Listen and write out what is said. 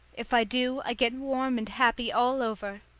if i do, i get warm and happy all over.